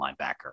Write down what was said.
linebacker